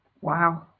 Wow